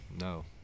No